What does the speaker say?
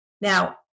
Now